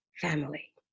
family